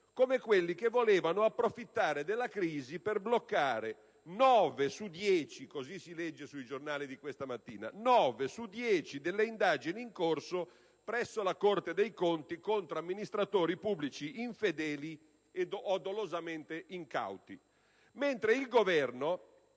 come quelli che volevano approfittare della crisi per bloccare nove su dieci - così si legge sui giornali di questa mattina - delle indagini in corso presso la Corte dei conti contro amministratori pubblici infedeli o dolosamente incauti, mentre il Governo,